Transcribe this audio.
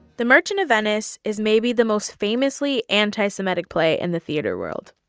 the merchant of venice is maybe the most famously anti-semitic play in the theater world.